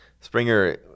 Springer